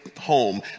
home